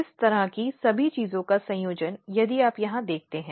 इस तरह की सभी चीजों का संयोजन यदि आप यहां देखते हैं